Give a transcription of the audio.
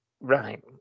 right